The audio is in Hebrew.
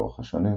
לאורך השנים,